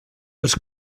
els